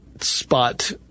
spot